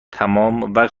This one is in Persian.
تمام